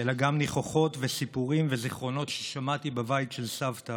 אלא גם ניחוחות וסיפורים וזיכרונות ששמעתי בבית של סבתא